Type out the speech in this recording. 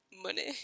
money